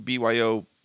BYO